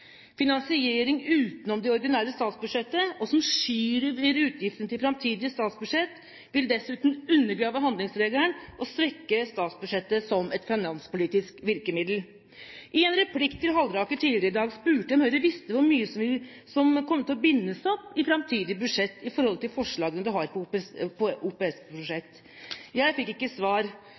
Finansiering utenom det ordinære statsbudsjettet, som skyver utgiftene til framtidige statsbudsjett, vil dessuten undergrave handlingsregelen og svekke statsbudsjettet som et finanspolitisk virkemiddel. I en replikk til Halleraker tidligere i dag spurte jeg om Høyre visste hvor mye som kom til å bindes opp i framtidige budsjett i forhold til forslagene de har på OPS-prosjekt. Jeg fikk ikke svar.